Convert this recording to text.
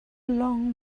long